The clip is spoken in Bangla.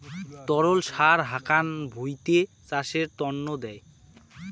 তরল সার হাকান ভুঁইতে চাষের তন্ন দেয়